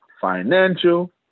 financial